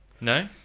No